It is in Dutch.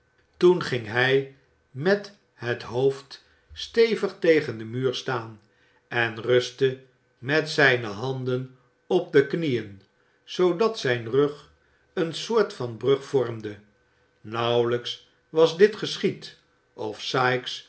toen ging hij met het hoofd stevig tegen den muur staan en rustte met zijne handen op de knieën zoodat zijn rug een soort van brug vormde nauwelijks was dit geschied of